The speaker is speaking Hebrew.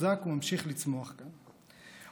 מתוחזק וממשיך לצמוח כאן,